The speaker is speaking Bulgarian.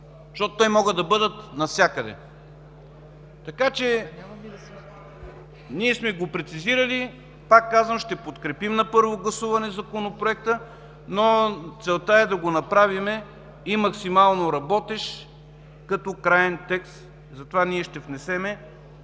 защото те могат да бъдат навсякъде. Така че ние сме го прецизирали. Пак казвам, ще подкрепим на първо гласуване Законопроекта, но целта е да го направим и максимално работещ като краен текст. Затова ще внесем,